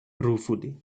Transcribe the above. ruefully